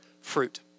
fruit